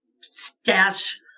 stash